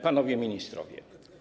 Panowie Ministrowie!